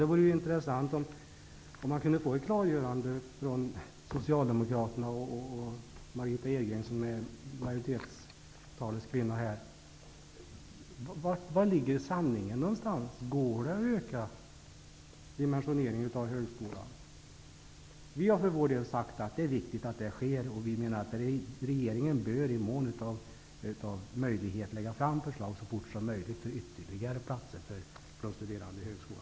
Det vore intressant att få ett klargörande från Socialdemokraterna och Margitta Edgren, som är majoritetstaleskvinna, om var sanningen ligger. Går det att öka dimensioneringen av högskolan? Vi har för vår del sagt att det är viktigt att det sker och att regeringen i mån av möjlighet så fort som möjligt bör lägga fram ett förslag om ytterligare platser för studerande på högskola.